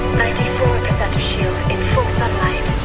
ninety four percent of shield in full sunlight